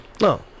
No